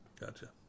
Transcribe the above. Gotcha